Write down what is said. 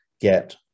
get